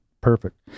Perfect